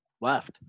left